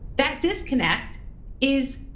that disconnect is